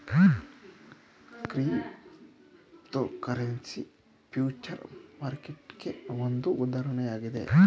cryptocurrency future ಮಾರ್ಕೆಟ್ಗೆ ಒಂದು ಉದಾಹರಣೆಯಾಗಿದೆ